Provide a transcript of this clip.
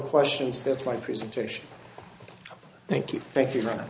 questions that's my presentation thank you thank you